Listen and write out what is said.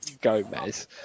Gomez